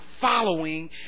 following